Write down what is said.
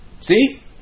See